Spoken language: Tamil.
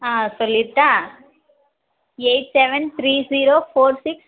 ஆ சொல்லிடுட்டா eight seven three zero four six